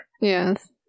Yes